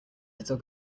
little